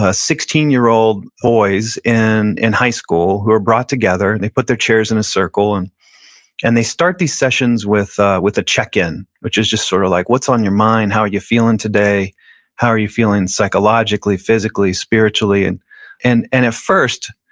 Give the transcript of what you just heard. ah sixteen year old boys in in high school who are brought together and they put their chairs in a circle and and they start these sessions with ah with a check-in which is just sort of like what's on your mind? how are you feeling how are you feeling psychologically, physically, spiritually? and and and at first,